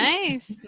Nice